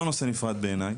זה לא נושא נפרד בעיניי.